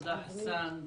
תודה חסאן.